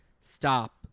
stop